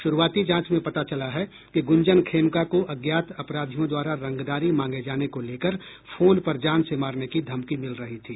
शुरूआती जांच में पता चला है कि गुंजन खेमका को अज्ञात अपराधियों द्वारा रंगदारी मांगे जाने को लेकर फोन पर जान से मारने की धमकी मिल रही थी